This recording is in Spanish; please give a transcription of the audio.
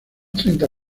treinta